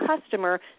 customer